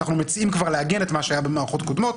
אנחנו מציעים כבר לעגן את מה שהיה במערכות קודמות,